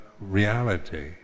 reality